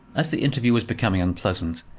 as the interview was becoming unpleasant,